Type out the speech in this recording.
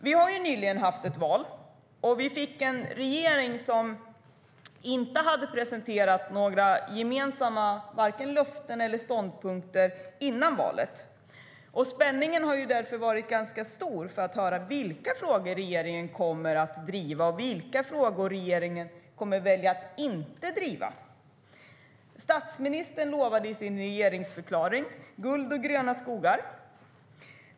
Vi har nyligen haft ett val, och vi fick en regering som inte hade presenterat några gemensamma löften eller ståndpunkter före valet. Spänningen har därför varit ganska stor för att få höra vilka frågor regeringen kommer att driva och vilka frågor regeringen kommer att välja att inte driva. Statsministern lovade i sin regeringsförklaring guld och gröna skogar.